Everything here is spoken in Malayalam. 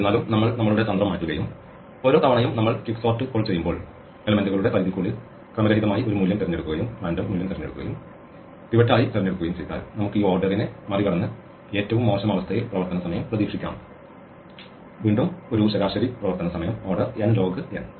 എന്നിരുന്നാലും നമ്മൾ നമ്മളുടെ തന്ത്രം മാറ്റുകയും ഓരോ തവണയും നമ്മൾ ക്വിക്സോർട്ട് കോൾ ചെയ്യുമ്പോൾ ഘടകങ്ങളുടെ പരിധിക്കുള്ളിൽ ക്രമരഹിതമായി ഒരു മൂല്യം തിരഞ്ഞെടുക്കുകയും പിവറ്റ് ആയി തിരഞ്ഞെടുക്കുകയും ചെയ്താൽ നമുക്ക് ഈ ഓർഡറിനെ മറികടന്ന് ഏറ്റവും മോശം അവസ്ഥയിൽ പ്രവർത്തന സമയം പ്രതീക്ഷിക്കാം വീണ്ടും ഒരു ശരാശരി പ്രവർത്തന സമയം ക്രമം n log n